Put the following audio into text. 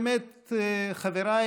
חבריי,